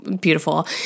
beautiful